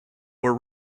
were